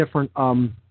different